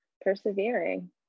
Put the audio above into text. persevering